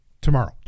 tomorrow